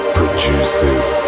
produces